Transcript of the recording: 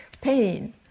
pain